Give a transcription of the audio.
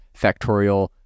Factorial